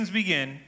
begin